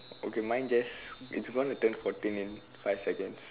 okay mine just it's gonna turn fourteen in five seconds